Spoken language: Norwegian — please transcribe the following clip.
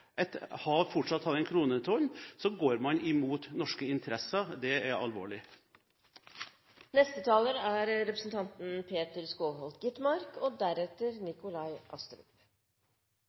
et annet vedtak, at man fortsatt skal ha kronetoll. Da går man imot norske interesser, og det er alvorlig. Det er